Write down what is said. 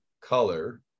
color